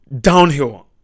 downhill